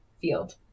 field